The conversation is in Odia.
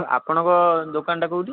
ଆପଣଙ୍କ ଦୋକାନଟା କୋଉଠି